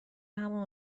همون